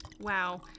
Wow